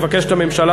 מבקשת הממשלה,